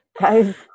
guys